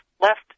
left